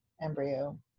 embryo